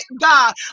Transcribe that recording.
god